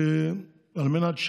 על מנת,